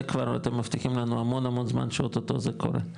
זה כבר אתם מבטיחים לנו המון זמן שאוטוטו זה קורה.